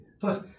Plus